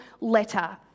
letter